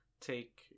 take